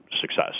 success